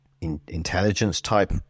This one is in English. intelligence-type